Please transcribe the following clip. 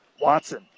Watson